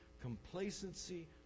complacency